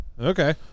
okay